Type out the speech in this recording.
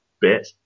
bit